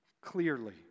clearly